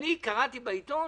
אני קראתי בעיתון